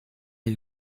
you